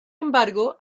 embargo